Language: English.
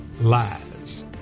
lies